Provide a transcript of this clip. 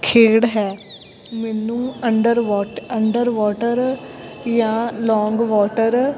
ਖੇਡ ਹੈ ਮੈਨੂੰ ਅੰਡਰ ਵੋਟ ਅੰਡਰ ਵਾਟਰ ਜਾਂ ਲੌਂਗ ਵਾਟਰ